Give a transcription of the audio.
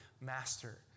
master